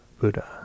Buddha